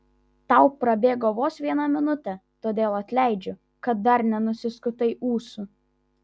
tau prabėgo vos viena minutė todėl atleidžiu kad dar nenusiskutai ūsų